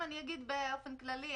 אני אגיד באופן כללי,